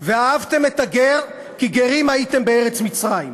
"ואהבתם את הגר כי גרים הייתם בארץ מצרים",